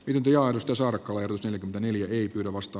yh dionystason kohennustele kanelia ei pyydä vasta